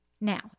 Now